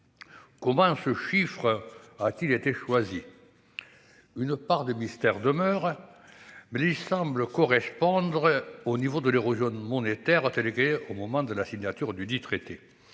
Comment ce chiffre a-t-il été choisi ? Une part de mystère demeure, mais il semble correspondre au niveau de l'érosion monétaire au moment de la signature du traité